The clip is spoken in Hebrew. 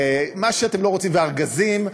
ומה שאתם לא רוצים, וארגזים.